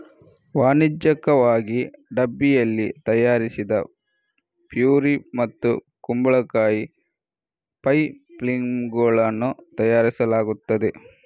ವಾಣಿಜ್ಯಿಕವಾಗಿ ಡಬ್ಬಿಯಲ್ಲಿ ತಯಾರಿಸಿದ ಪ್ಯೂರಿ ಮತ್ತು ಕುಂಬಳಕಾಯಿ ಪೈ ಫಿಲ್ಲಿಂಗುಗಳನ್ನು ತಯಾರಿಸಲಾಗುತ್ತದೆ